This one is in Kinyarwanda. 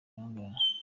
bangahe